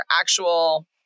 actual